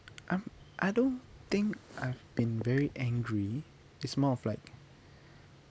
um I don't think I've been very angry it's more of like